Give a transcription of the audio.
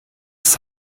ist